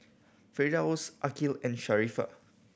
Firdaus Aqil and Sharifah